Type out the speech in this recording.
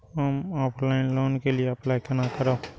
हम online loan के लिए अप्लाई केना करब?